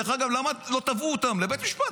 דרך אגב, למה לא תבעו אותם בבית משפט?